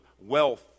wealth